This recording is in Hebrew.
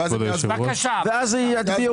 כמה זכאים לסיוע בשכר